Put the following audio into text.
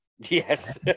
Yes